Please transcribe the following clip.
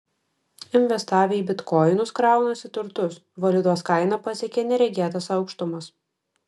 investavę į bitkoinus kraunasi turtus valiutos kaina pasiekė neregėtas aukštumas